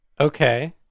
Okay